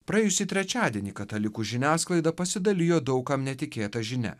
praėjusį trečiadienį katalikų žiniasklaida pasidalijo daug kam netikėta žinia